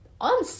on